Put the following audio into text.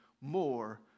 more